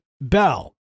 bell